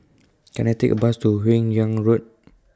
Can I Take A Bus to Hun Yeang Road